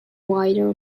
wider